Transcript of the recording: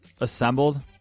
assembled